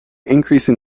increasing